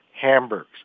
hamburgs